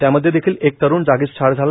त्यामध्ये एक तरुण जागीच ठार झाला